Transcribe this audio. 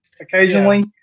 occasionally